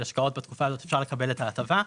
השקעות בתקופה הזאת אפשר לקבל את ההטבה,